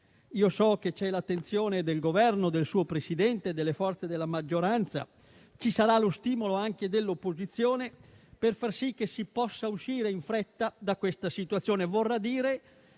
Io so che c'è l'attenzione del Governo, del suo Presidente, delle forze della maggioranza e ci sarà anche lo stimolo dell'opposizione per far sì che si possa uscire in fretta da questa situazione.